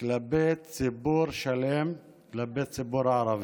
כלפי ציבור שלם, כלפי הציבור הערבי.